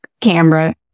camera